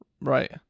Right